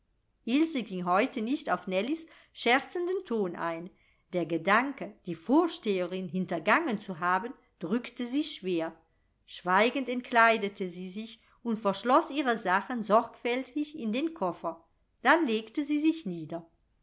ilse ging heute nicht auf nellies scherzenden ton ein der gedanke die vorsteherin hintergangen zu haben drückte sie schwer schweigend entkleidete sie sich und verschloß ihre sachen sorgfältig in den koffer dann legte sie sich nieder